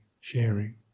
sharing